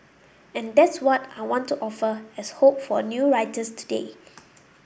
and that's what I want to offer as hope for new writers today